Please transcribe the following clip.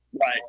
Right